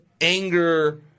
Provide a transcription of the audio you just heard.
anger –